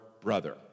brother